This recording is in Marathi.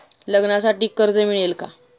लग्नासाठी कर्ज मिळेल का?